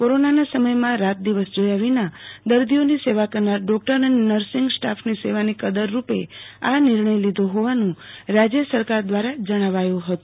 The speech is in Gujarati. કોરોનાના સમયમાં રાત દિવસ જોયા વિના દર્દીઓની સેવા કરનાર ડોકટર અને નર્સિંગ સ્ટાફની સેવાનો કદર સ્વરૂપે આ નિર્ણય લીધો હોવાનું રાજય સરકાર દવારા જણાવાયું હતું